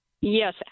Yes